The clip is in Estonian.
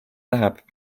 läheb